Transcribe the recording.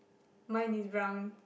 mine is brown